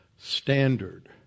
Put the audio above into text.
standard